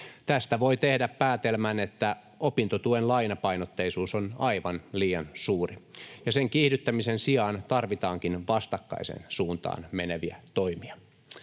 Tästä voi tehdä päätelmän, että opintotuen lainapainotteisuus on aivan liian suuri, ja sen kiihdyttämisen sijaan tarvitaankin vastakkaiseen suuntaan meneviä toimia.